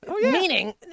Meaning